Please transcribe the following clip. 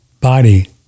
body